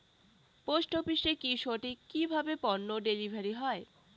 Post অফিসে কি সঠিক কিভাবে পন্য ডেলিভারি হয়?